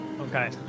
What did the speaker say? Okay